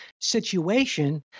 situation